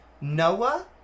Noah